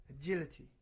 agility